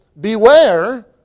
beware